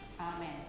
Amen